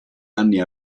anni